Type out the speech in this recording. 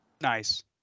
Nice